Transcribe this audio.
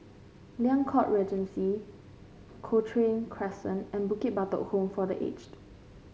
Liang Court Regency Cochrane Crescent and Bukit Batok Home for The Aged